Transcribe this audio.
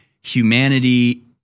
humanity